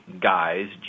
guys